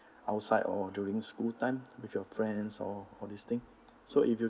outside or during school time with your friends all all this thing so if you